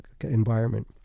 environment